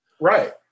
Right